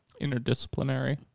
Interdisciplinary